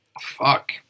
Fuck